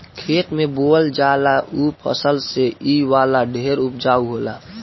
खेत में बोअल जाला ऊ फसल से इ वाला ढेर उपजाउ होला